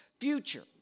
future